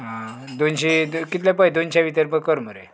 दोनशे कितले पळय दोनशे भितर पळय कर मरे